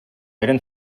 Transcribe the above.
eren